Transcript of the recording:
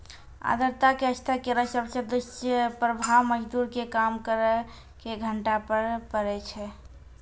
आर्द्रता के स्तर केरो सबसॅ दुस्प्रभाव मजदूर के काम करे के घंटा पर पड़ै छै